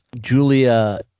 Julia